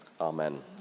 Amen